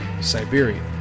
Siberia